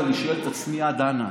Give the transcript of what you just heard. ואני שואל את עצמי: עד אנה?